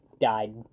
died